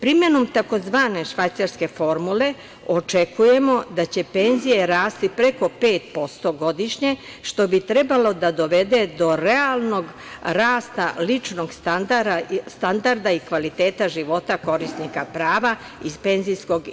Primenom tzv. švajcarske formule očekujemo da će penzije rasti preko 5% godišnje, što bi trebalo da dovede do realnog rasta ličnog standarda i kvaliteta života korisnika prava iz PIO.